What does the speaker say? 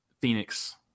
Phoenix